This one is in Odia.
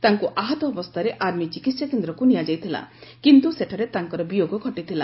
ତାଙ୍କୁ ଆହତ ଅବସ୍ଥାରେ ଆର୍ମି ଚିକିତ୍ସା କେନ୍ଦ୍ରକୁ ନିଆଯାଇଥିଲା କିନ୍ତୁ ସେଠାରେ ତାଙ୍କର ବିୟୋଗ ଘଟିଥିଲା